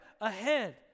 ahead